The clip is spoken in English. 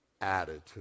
attitude